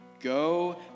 Go